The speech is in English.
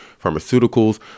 pharmaceuticals